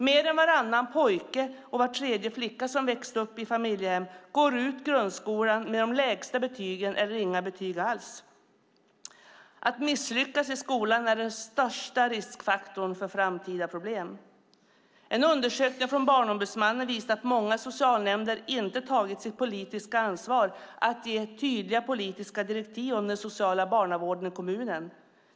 Mer än varannan pojke och var tredje flicka som växt upp i familjehem går ut grundskolan med de lägsta betygen eller inga betyg alls. Att misslyckas i skolan är den största riskfaktorn för framtida problem. En undersökning från Barnombudsmannen visar att många socialnämnder inte tagit sitt politiska ansvar att ge tydliga politiska direktiv om den sociala barnavården i kommunen.